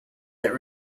that